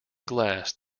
glass